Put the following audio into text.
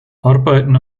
arbeiten